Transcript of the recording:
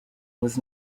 was